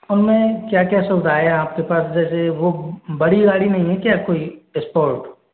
उनमें क्या क्या सुविधाएं हैं आपके पास जैसे वो बड़ी गाड़ी नहीं है क्या कोई इस्पौर्ट